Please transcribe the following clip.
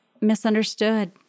misunderstood